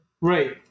Right